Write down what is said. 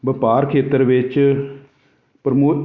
ਵਪਾਰ ਖੇਤਰ ਵਿੱਚ ਪਰਮੋ